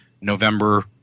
November